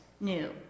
new